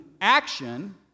action